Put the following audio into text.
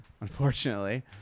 unfortunately